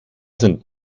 sind